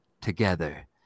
together